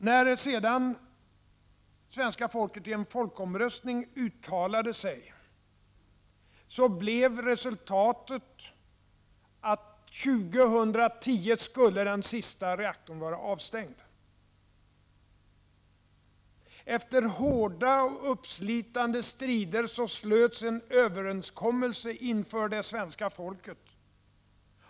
När svenska folket fick uttala sig i en folkomröstning blev resultatet att den sista reaktorn skall vara avstängd år 2010. Efter hårda och uppslitande strider gjordes en överenskommelse inför det svenska folket.